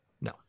No